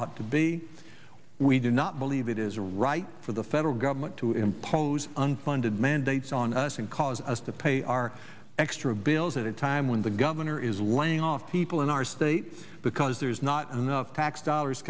ought to be we do not believe it is right for the federal government to impose unfunded mandates on us and cause us to pay our extra bills at a time when the gov is laying off people in our state because there's not enough tax dollars